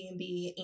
Airbnb